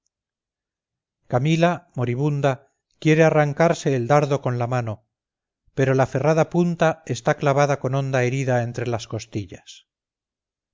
camila moribunda quiere arrancarse el dardo con la mano pero la ferrada punta está clavada con honda herida entre las costillas